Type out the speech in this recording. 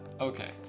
Okay